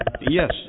Yes